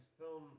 film